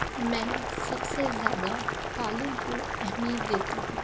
میں سب سے زیادہ تعلیم کو اہمیت دیتی ہوں